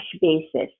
basis